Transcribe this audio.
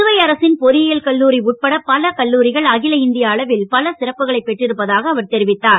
புதுவை அரசின் பொறியியல் கல்லுரி உட்பட பல கல்லுரிகள் அகில இந்திய அளவில் பல சிறப்புகளை பெற்றிருப்பதாக அவர் தெரிவித்தார்